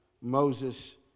Moses